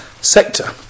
sector